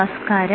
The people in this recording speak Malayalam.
നമസ്കാരം